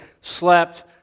slept